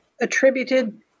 attributed